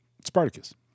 Spartacus